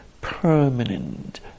permanent